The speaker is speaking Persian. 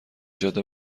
جاده